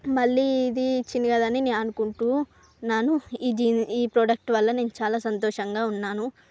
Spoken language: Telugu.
మళ్లీ ఇది చిరగదు అని నేను అనుకుంటూ నన్ను ఈ జీన్ ఈ ప్రోడక్ట్ వల్ల నేను చాలా సంతోషంగా ఉన్నాను